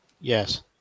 Yes